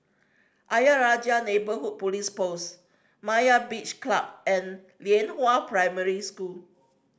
Ayer Rajah Neighbourhood Police Post Myra's Beach Club and Lianhua Primary School